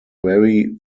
very